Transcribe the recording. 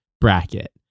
bracket